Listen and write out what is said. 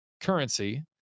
currency